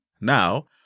Now